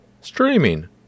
streaming